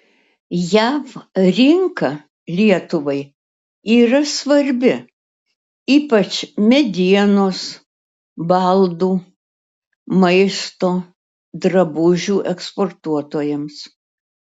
jav rinka lietuvai yra svarbi ypač medienos baldų maisto drabužių eksportuotojams